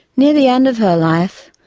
near the end of her life,